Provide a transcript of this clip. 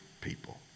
people